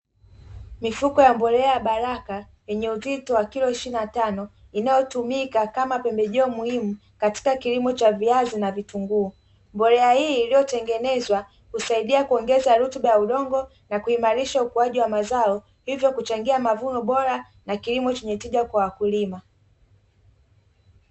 Mifuko ya mbolea ya Baraka yenye uzito wa kilo ishirini na tano inayotumika kama pembejeo muhimu katika kilimo cha viazi na vitunguu. Mbolea hii iliyotengenezwa husaidia kuongeza rutuba ya udongo na kuimarisha ukuaji wa mazao, hivyo kuchangia mavuno bora na kilimo chenye tija kwa wakulima.